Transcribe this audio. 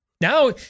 Now